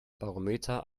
barometer